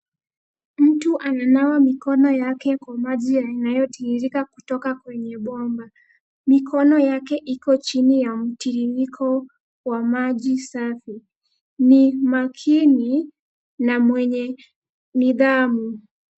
Mtu ananawa mikno yake kwa maji yanayo tiririka kutoka kwenye bomba, mikono yake iko chini ya mtiririko wa maji safi. Ni makini na mwenye nidhamu.